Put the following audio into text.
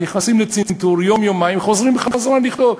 נכנסים לצנתור, יום-יומיים, חוזרים בחזרה לכתוב.